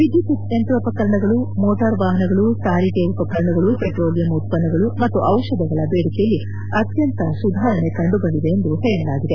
ವಿದ್ಯುತ್ ಯಂತ್ರೋಪಕರಣಗಳು ಮೋಟಾರು ವಾಹನಗಳು ಸಾರಿಗೆ ಉಪಕರಣಗಳು ಪೆಟ್ರೋಲಿಯಂ ಉತ್ಪನ್ನಗಳು ಮತ್ತು ದಿಷಧಗಳ ಬೇಡಿಕೆಯಲ್ಲಿ ಅತ್ತಂತ ಸುಧಾರಣೆ ಕಂಡುಬಂದಿದೆ ಎಂದು ಹೇಳಲಾಗಿದೆ